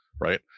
right